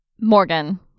Morgan